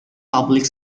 public